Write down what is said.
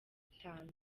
itanu